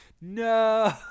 No